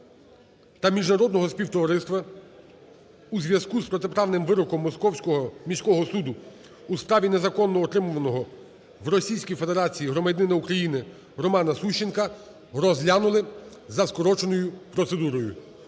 та міжнародного співтовариства у зв'язку з протиправним вироком Московського міського суду у справі незаконно утримуваного в Російській Федерації громадянина України Романа Сущенка розглянули за скороченою процедурою.